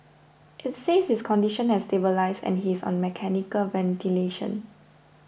it says his condition has stabilised and he is on mechanical ventilation